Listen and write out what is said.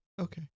okay